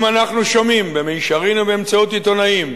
אם אנחנו שומעים במישרין או באמצעות עיתונאים,